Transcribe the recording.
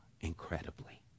incredibly